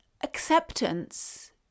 acceptance